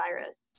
virus